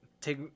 Take